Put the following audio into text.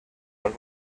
los